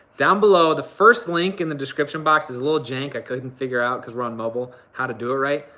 down below, the first link in the description box is a little jank, i couldn't figure it out cause we're on mobile, how to do it right.